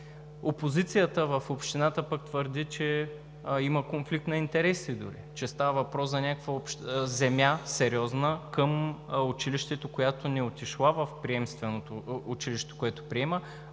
Опозицията в общината пък твърди, че има конфликт на интереси дори, че става въпрос за някаква сериозна земя към училището, която не отишла в училището, което приема,